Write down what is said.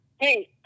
Hey